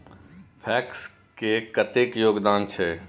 PACS के कतेक योगदान छै?